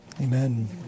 Amen